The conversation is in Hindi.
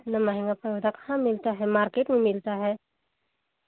इतना महंगा रखा मिलता हे मार्केट में मिलता है